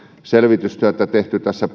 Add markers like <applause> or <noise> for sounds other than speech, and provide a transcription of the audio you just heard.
selvitystyötä tehty tässä <unintelligible>